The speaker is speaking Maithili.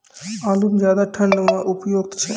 आलू म ज्यादा ठंड म उपयुक्त छै?